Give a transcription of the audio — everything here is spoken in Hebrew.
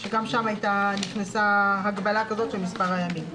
שגם שם נכנסה הגבלה כזאת של מספר הימים.